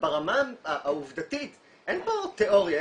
ברמה העובדתית אין פה תיאוריה.